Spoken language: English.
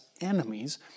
enemies